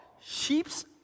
sheep's